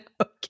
Okay